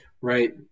right